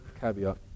caveat